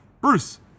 Bruce